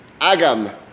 Agam